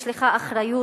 יש לך אחריות